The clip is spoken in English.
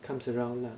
comes around lah